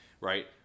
right